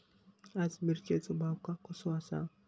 आज मिरचेचो भाव कसो आसा?